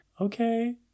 okay